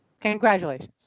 Congratulations